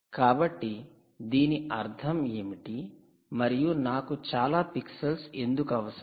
కాబట్టి దీని అర్థం ఏమిటి మరియు నాకు చాలా పిక్సెల్స్ ఎందుకు అవసరం